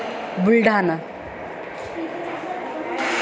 Buldhana